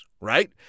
right